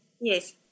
Yes